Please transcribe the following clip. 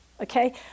Okay